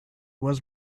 was